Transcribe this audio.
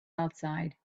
outside